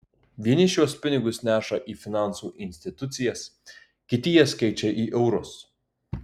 vieni šiuos pinigus neša į finansų institucijas kiti jas keičia į eurus